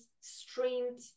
streamed